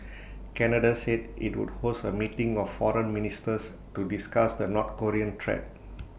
Canada said IT would host A meeting of foreign ministers to discuss the north Korean threat